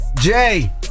Jay